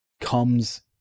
comes